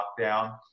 lockdown